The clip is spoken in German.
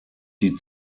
die